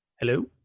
Hello